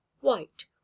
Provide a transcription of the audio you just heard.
white